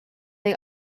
they